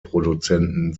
produzenten